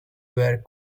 were